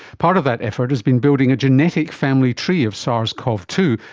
part of that effort has been building a genetic family tree of sars cov two,